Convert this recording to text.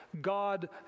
God